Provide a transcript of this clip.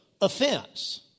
offense